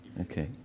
Okay